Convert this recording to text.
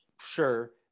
sure